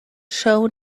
show